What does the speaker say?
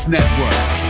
Network